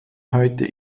heute